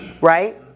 Right